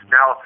Now